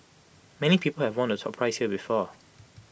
many people have won the top prize here before